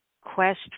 quest